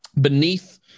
beneath